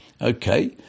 Okay